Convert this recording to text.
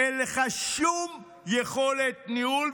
אין לך שום יכולת ניהול,